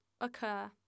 occur